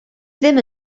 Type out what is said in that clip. ddim